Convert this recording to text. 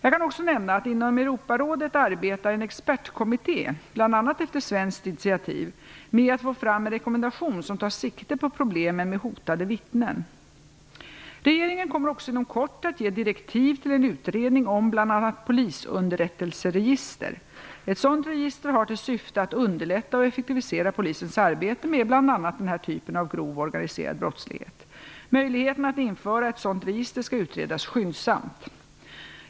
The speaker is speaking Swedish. Jag kan också nämna att inom Europarådet arbetar en expertkommitté, bl.a. efter svenskt initiativ, med att få fram en rekommendation som tar sikte på problemen med hotade vittnen. Regeringen kommer också inom kort att ge direktiv till en utredning om bl.a. polisunderrättelseregister. Ett sådant register har till syfte att underlätta och effektivisera polisens arbete med bl.a. denna typ av grov organiserad brottslighet. Möjligheterna att införa ett sådant register skall utredas skyndsamt.